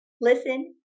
Listen